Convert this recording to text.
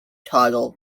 toggle